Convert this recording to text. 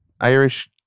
Irish